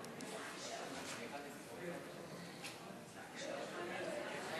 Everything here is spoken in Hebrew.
כבוד היושבת-ראש, חברי הכנסת,